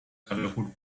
colourful